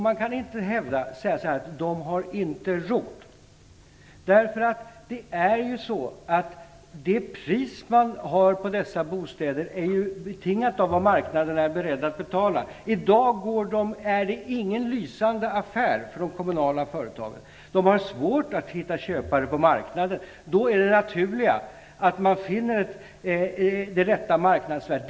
Man kan inte säga att människor inte har råd. Priset på dessa bostäder är ju betingat av vad marknaderna är beredda att betala. I dag är de ingen lysande affär för de kommunala företagen. De har svårt att hitta köpare på marknaden. Då är det naturliga att man finner det rätta marknadsvärdet.